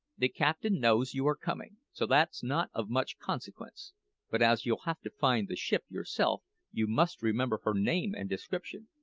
the captain knows you are coming, so that's not of much consequence but as you'll have to find the ship yourself, you must remember her name and description.